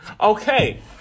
Okay